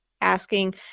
asking